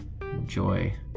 enjoy